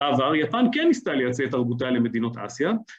עבר יפן כן ניסתה לייצא ‫את תרבותיה למדינות אסיה.